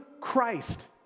Christ